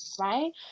right